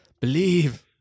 believe